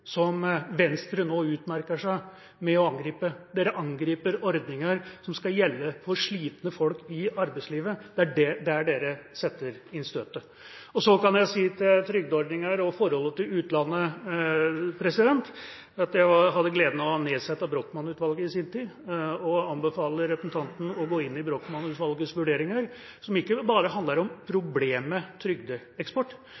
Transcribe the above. som Venstre nå utmerker seg med å angripe. Dere angriper ordninger som skal gjelde for slitne folk i arbeidslivet. Det er der dere setter inn støtet. Til trygdeordninger og forholdet til utlandet kan jeg si at jeg hadde gleden av å nedsette Brochmann-utvalget i sin tid, og jeg anbefaler representanten å gå inn i Brochmann-utvalgets vurderinger, som ikke bare handler om